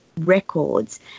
records